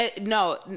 no